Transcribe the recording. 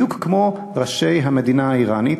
בדיוק כמו ראשי המדינה האיראנית,